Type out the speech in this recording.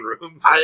rooms